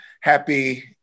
happy